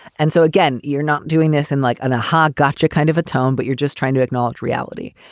and so again, you're not doing this in like an a ha gotcha kind of a tone, but you're just trying to acknowledge reality.